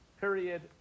Period